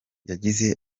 yagize